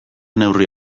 neurri